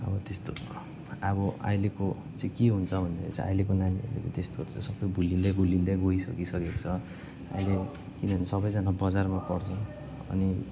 अब त्यस्तो अब अहिलेको चाहिँ के हुन्छ भन्दाखेरि चाहिँ अहिले नानीहरूले चाहिँ त्यस्तोहरू त सप्पै भुल्लिन्दै भुल्लिन्दै गई सकिसकेको छ अहिले किनभने सबैजना बजारमा पढ्छ अनि